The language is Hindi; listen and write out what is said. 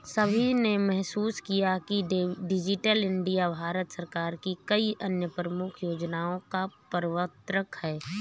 सभी ने महसूस किया है कि डिजिटल इंडिया भारत सरकार की कई अन्य प्रमुख योजनाओं का प्रवर्तक है